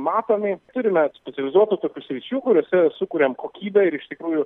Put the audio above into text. matomi turime specializuotų tokių sričių kuriose sukuriam kokybę ir iš tikrųjų